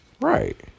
Right